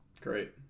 Great